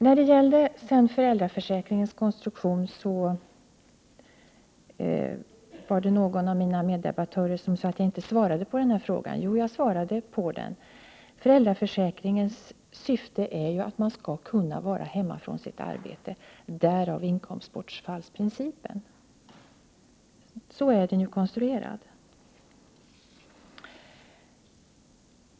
När det sedan gäller föräldraförsäkringens konstruktion var det någon av mina meddebattörer som sade att jag inte svarade på frågan. Jo, jag svarade att föräldraförsäkringens syfte är att en förälder skall kunna vara hemma från sitt arbete, därav inkomstbortfallsprincipen. Så är den konstruerad.